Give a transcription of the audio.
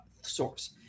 source